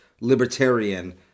Libertarian